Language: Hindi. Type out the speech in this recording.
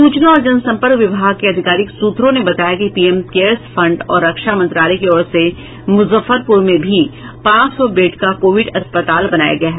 सूचना और जन संपर्क विभाग के अधिकारिक सूत्रों ने बताया कि पीएम केयर्स फंड और रक्षा मंत्रालय की ओर से मुजफ्फरपुर में भी पांच सौ बेड का कोविड अस्पताल बनाया गया है